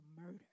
murder